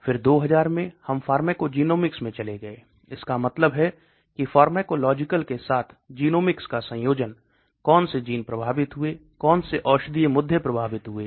फिर 2000 में हम फार्माकोजेनोमिक्स में चले गए इसका मतलब है कि फार्माकोलॉजिकल के साथ जीनोमिक्स का संयोजन कौन से जीन प्रभावित हुए कौन से औषधीय मुद्दे प्रभावित हुए